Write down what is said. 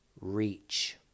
reach